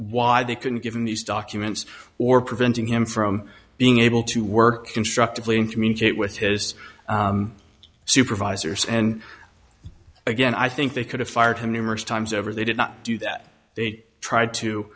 why they couldn't given these documents or preventing him from being able to work constructively and communicate with his supervisors and again i think they could have fired him numerous times over they did not do that they tried to